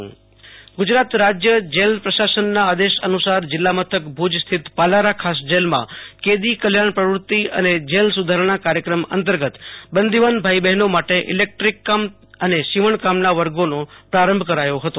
આશુતોષ અંતાણી ભુજઃ પાલારા જેલ કેદી કલ્યાણ પ્રવૃતિ ગુજરાત રાજ્ય જેલ પ્રશાસનના આદેશ અનુસાર જીલ્લા મથક ભુજ સ્થિત પાલારા ખા જેલમાં કેદી કલ્યાણ પ્રવૃતિ અને જેલ સુધારણા કાર્યક્રમ અંતર્ગત બંદીવાન ભાઈ બહેનો માટે ઈલેકટ્રીક કામ અને સવિણ કામના વર્ગનો પ્રારંભ કરાયો હતો